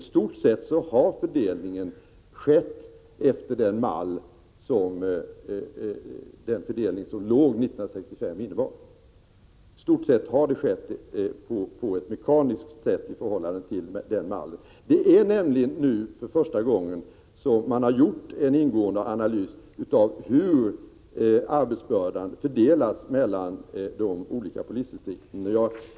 I stort sett har fördelningen skett i överensstämmelse med 1965 års fördelning. I stort sett har det skett på ett mekaniskt sätt i förhållande till den mallen. För första gången har man gjort en analys av hur arbetsbördan fördelas mellan de olika polisdistrikten med hänsyn till invånarantalet.